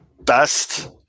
best